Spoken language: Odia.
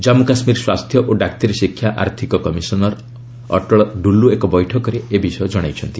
ଜାମ୍ମୁ କାଶ୍ମୀର ସ୍ୱାସ୍ଥ୍ୟ ଓ ଡାକ୍ତରୀ ଶିକ୍ଷା ଆର୍ଥିକ କମିଶନର ଅଟଳ ଡୁଲ୍ ଏକ ବୈଠକରେ ଏହା ଜଣାଇଛନ୍ତି